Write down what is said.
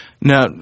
Now